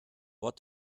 what